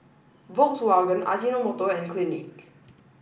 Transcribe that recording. Volkswagen Ajinomoto and Clinique